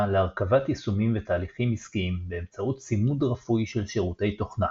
להרכבת יישומים ותהליכים עסקיים באמצעות צימוד רפוי של שירותי תוכנה.